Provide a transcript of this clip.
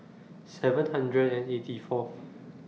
seven hundred and eighty Fourth